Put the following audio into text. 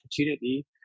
opportunity